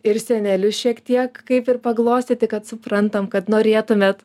ir senelius šiek tiek kaip ir paglostyti kad suprantam kad norėtumėt